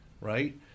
right